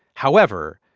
however,